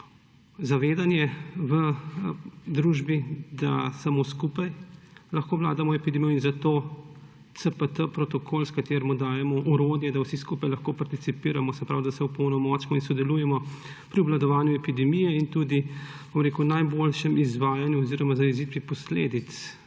zavedanje v družbi, da samo skupaj lahko obvladamo epidemijo, in zato protokol CPT, s katerim dajemo orodje, da vsi skupaj lahko participiramo, se pravi, da se opolnomočimo in sodelujemo pri obvladovanju epidemije in tudi najboljšem izvajanju oziroma zajezitvi posledic,